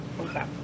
Okay